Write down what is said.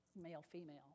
male-female